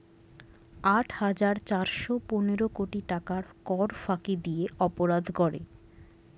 আট হাজার চারশ পনেরো কোটি টাকার কর ফাঁকি দিয়ে অপরাধ করে